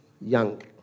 young